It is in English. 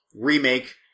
remake